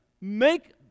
make